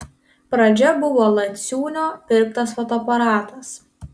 pradžia buvo l ciūnio pirktas fotoaparatas